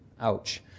Ouch